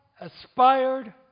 aspired